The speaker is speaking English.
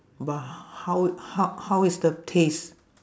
but h~ how how how is the taste